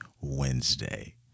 Wednesday